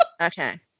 Okay